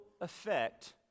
effect